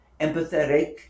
empathetic